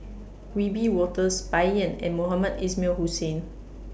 Wiebe Wolters Bai Yan and Mohamed Ismail Hussain